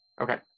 Okay